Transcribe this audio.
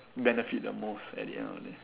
benefit the most at the end of the day